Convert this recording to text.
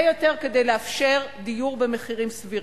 יותר כדי לאפשר דיור במחירים סבירים.